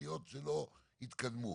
התכניות שלא התקדמו,